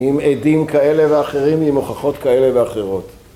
עם עדים כאלה ואחרים, עם הוכחות כאלה ואחרות.